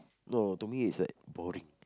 no to me is like boring